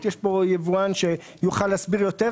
אני מייצר ליצרנים ישראלים שאמרו לי שהם ישמרו עלי כי זה כחול לבן,